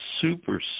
super